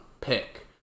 pick